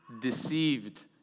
deceived